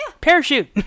Parachute